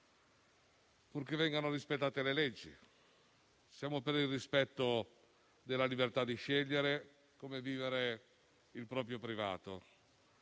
purché vengano rispettate le leggi. Siamo per il rispetto della libertà di scegliere come vivere il proprio privato.